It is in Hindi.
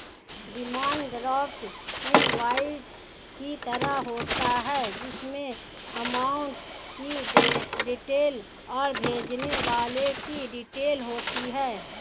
डिमांड ड्राफ्ट इनवॉइस की तरह होता है जिसमे अमाउंट की डिटेल और भेजने वाले की डिटेल होती है